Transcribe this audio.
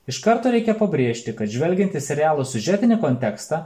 iš karto reikia pabrėžti kad žvelgiant į serialo siužetinį kontekstą